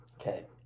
Okay